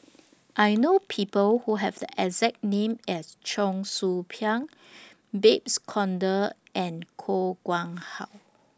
I know People Who Have The exact name as Cheong Soo Pieng Babes Conde and Koh Nguang How